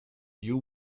you